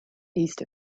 east